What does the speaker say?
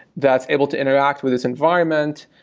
that's able to interact with this environment.